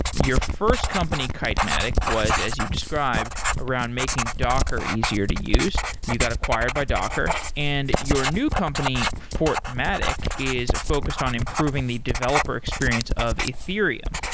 your first company, kitematic, was as you described around making docker easier to use. you got acquired by docker. and your new company, fortmatic, is focused on improving the developer experience of ethereum.